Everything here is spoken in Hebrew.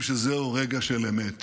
שזהו רגע של אמת.